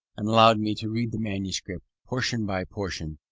and allowed me to read the manuscript, portion by portion,